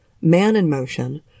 man-in-motion